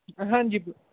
ਹਾਂਜੀ